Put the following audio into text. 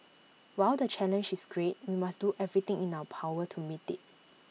while the challenge is great we must do everything in our power to meet IT